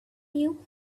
you